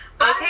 Okay